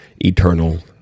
eternal